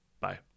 Bye